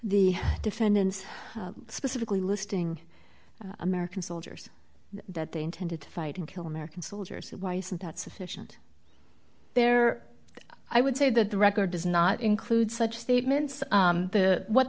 the defendants specifically listing american soldiers that they intended to fight and kill american soldiers why isn't that sufficient there i would say that the record does not include such statements the what